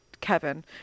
Kevin